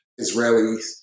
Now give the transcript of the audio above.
Israelis